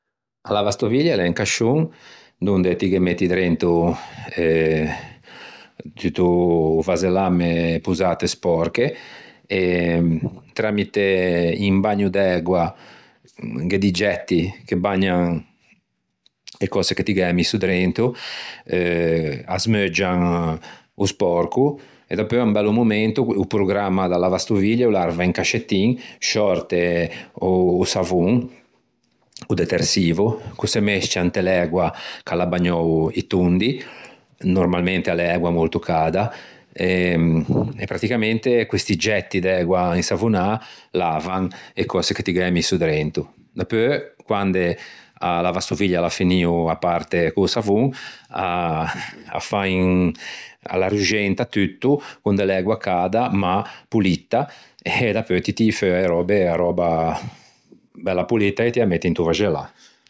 A lavastoviglie a l'é un cascion dove ti ghe metti drento tutto o vasellamme e posate spòrche e tramite un bagno d'ægua, gh'é di getti che bagnan e cöse che ti gh'æ misso drento eh asmeuggian o spòrco e dapeu un bello momento o programma da lavastoviglie o l'arve un cascettin, sciòrte o savon, o detersivo ch'o se mesccia inte l'ægua ch'a l'à bagnou i tondi, normalmente a l'é ægua molto cada, ehm e pratticamente questi getti d'ægua insavonâ lavan e cöse che ti gh'æ misso drento. Dapeu quande a lavastoviglie a l'à finio a l'arruxenta tutto con de l'ægua cada ma polita e dapeu ti tii feua e röbe a röba bella polita e ti â metti into vascellâ.